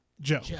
Joe